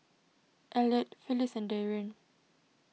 Eliot Phyllis and Darien